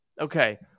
Okay